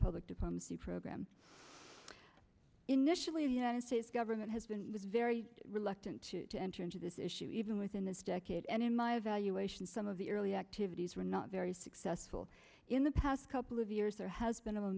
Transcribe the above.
public diplomacy program initially the united states government has been very reluctant to enter into this issue even within this decade and in my evaluation some of the early activities were not very successful in the past couple of years there has been a